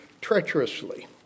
treacherously